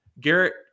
Garrett